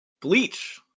bleach